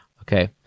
Okay